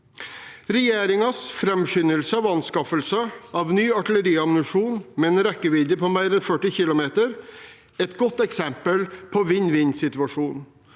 Regjeringens framskyndelse av anskaffelse av ny artilleriammunisjon med en rekkevidde på mer enn 40 km er et godt eksempel på en vinn-vinn-situasjon,